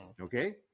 Okay